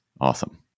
Awesome